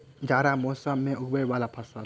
जाड़ा मौसम मे उगवय वला फसल?